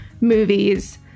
movies